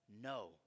no